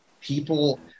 people